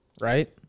right